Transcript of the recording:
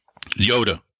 Yoda